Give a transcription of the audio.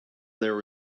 there